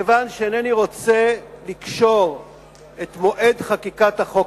כיוון שאינני רוצה לקשור את מועד חקיקת החוק